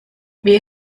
wir